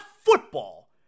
football